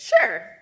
sure